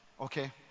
Okay